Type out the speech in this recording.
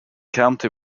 county